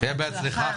שיהיה בהצלחה.